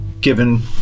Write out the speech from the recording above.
given